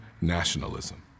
nationalism